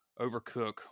overcook